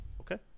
Okay